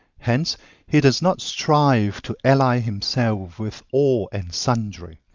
hence he does not strive to ally himself with all and sundry,